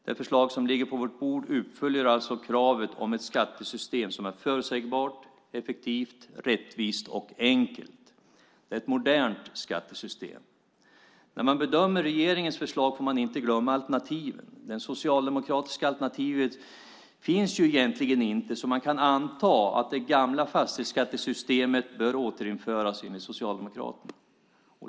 Det förslag som ligger på vårt bord uppfyller alltså kravet på ett skattesystem som är förutsägbart, effektivt, rättvist och enkelt - ett modernt skattesystem. När man bedömer regeringens förslag får man inte glömma alternativen. Det socialdemokratiska alternativet finns ju egentligen inte, så man kan anta att det gamla fastighetsskattesystemet bör återinföras enligt Socialdemokraterna.